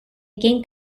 game